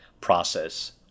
process